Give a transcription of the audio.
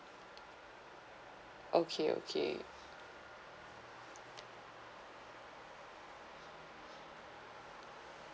okay okay